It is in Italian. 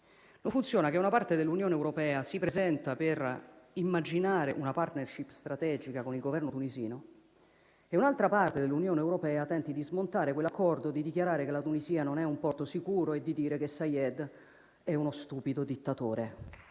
Non funziona che una parte dell'Unione europea si presenti per immaginare una *partnership* strategica con il governo tunisino e un'altra parte dell'Unione europea tenti di smontare quell'accordo, dichiarando che la Tunisia non è un porto sicuro e che Saied è uno stupido dittatore.